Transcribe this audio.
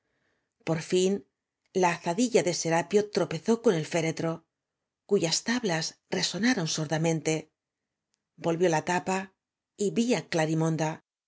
por fin la azadilla de serapio tropezó con el féretro cuyas tablas resonaron sordamente olvió la tapa y vi á